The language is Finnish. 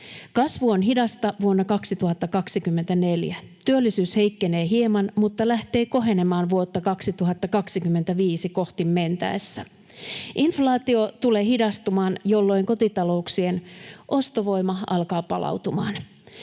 Kasvu on hidasta vuonna 2024. Työllisyys heikkenee hieman mutta lähtee kohenemaan vuotta 2025 kohti mentäessä. Inflaatio tulee hidastumaan, jolloin kotitalouksien ostovoima alkaa palautumaan.